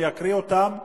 אני אקריא אותם,